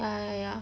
ah ya ya ya